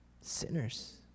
Sinners